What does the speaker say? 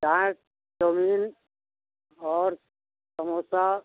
चाय चओमीन और समोसा